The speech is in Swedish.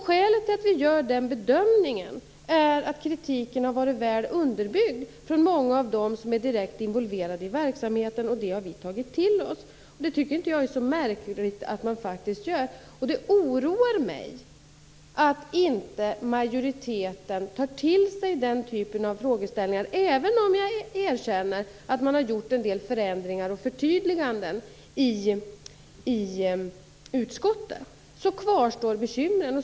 Skälet till att vi gör den bedömningen är att kritiken har varit väl underbyggd från många av dem som är direkt involverade i verksamheten, och det har vi tagit till oss. Jag tycker inte att det är så märkligt att man gör det. Det oroar mig att inte majoriteten tar till sig den typen av frågeställningar. Även om jag erkänner att man gjort en del förändringar och förtydliganden i utskottet kvarstår bekymren.